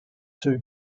two